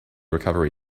recovery